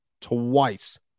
twice